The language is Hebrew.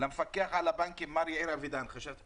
למפקח על הבנקים מר יאיר אבידן שחשבתי